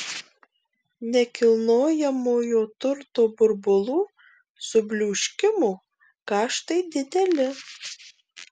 nekilnojamojo turto burbulų subliūškimo kaštai dideli